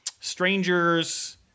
strangers